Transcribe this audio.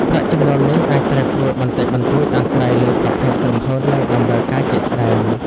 ប្រាក់ចំណូលនេះអាចប្រែប្រួលបន្តិចបន្តួចអាស្រ័យលើប្រភេទក្រុមហ៊ុន និងតម្រូវការជាក់ស្តែង។